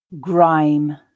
Grime